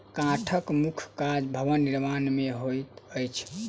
काठक मुख्य काज भवन निर्माण मे होइत अछि